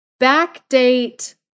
backdate